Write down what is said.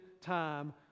time